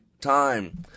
time